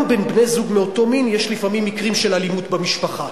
גם בין בני-זוג מאותו מין יש לפעמים מקרים של אלימות במשפחה.